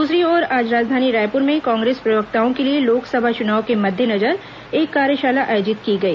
दूसरी ओर आज राजधानी रायपुर में कांग्रेस प्रवक्ताओं के लिए लोकसभा चुनाव के मद्देनजर एक कार्यशाला आयोजित की गई